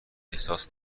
احساس